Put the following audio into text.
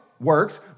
works